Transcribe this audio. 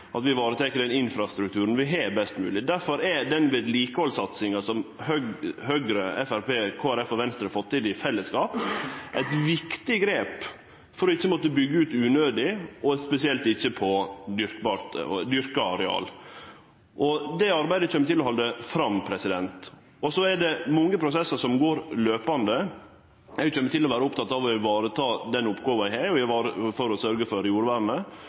at vi varetek den infrastrukturen vi har, best mogleg. Difor er den vedlikehaldssatsinga som Høgre, Framstegspartiet, Kristeleg Folkeparti og Venstre har fått til i fellesskap, eit viktig grep for ikkje å måtte byggje ut unødig, og spesielt ikkje på dyrka areal. Det arbeidet kjem til å halde fram. Så er det mange prosessar som går kontinuerleg. Eg kjem til å vere oppteken av å vareta den oppgåva eg har med omsyn til å sørgje for jordvernet,